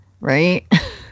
right